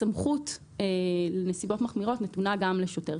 הסמכות לנסיבות מחמירות נתונה גם לשוטר.